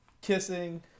kissing